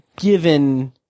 given